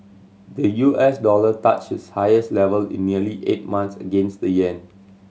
the U S dollar touched its highest level in nearly eight month against the yen